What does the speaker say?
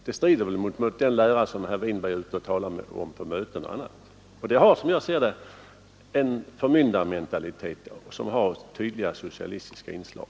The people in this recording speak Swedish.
Det strider väl mot den lära som herr Winberg är ute och talar om på möten m.m. Och det är, som jag ser det, en förmyndarmentalitet som har tydliga socialistiska inslag.